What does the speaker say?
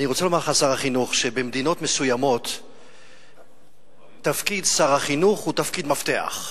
אני רוצה לומר לך שבמדינות מסוימות תפקיד שר החינוך הוא תפקיד מפתח.